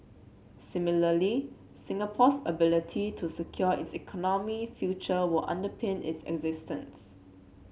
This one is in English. similarly Singapore's ability to secure its economic future will underpin its existence